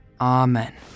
Amen